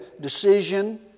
decision